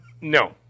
No